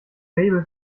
faible